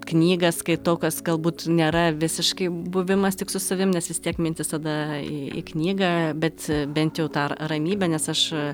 knygą skaitau kas galbūt nėra visiškai buvimas tik su savim nes vis tiek mintys tada į į knygą bet bent jau tą r ramybę nes aš